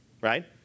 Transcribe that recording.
Right